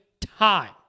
time